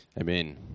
amen